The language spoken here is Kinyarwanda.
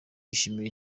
bishimira